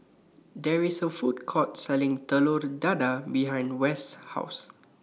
There IS A Food Court Selling Telur Dadah behind West's House